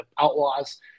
outlaws